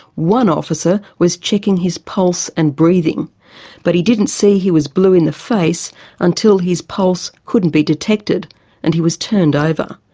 one officer was checking his pulse and breathing but he didn't see he was blue in the face until his pulse couldn't be detected and he was turned over.